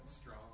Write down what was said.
Strong